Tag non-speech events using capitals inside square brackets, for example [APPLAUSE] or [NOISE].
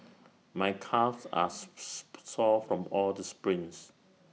my calves are [NOISE] sore from all the sprints